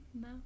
No